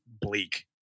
bleak